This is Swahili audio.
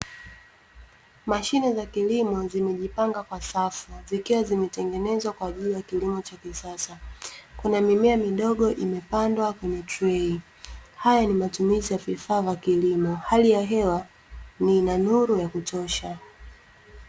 Mashine za kilimo zimejipanga kwa safu, zikiwa zimetengenezwa kwa ajili ya kilimo cha kisasa. Kuna mimea midogo imepandwa kwenye trei. Haya ni matumizi ya vifaa vya kilimo. Hali ya hewa ni ina nuru ya kutosha.